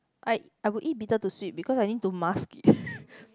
I I would eat bitter to sweet because I need to mask it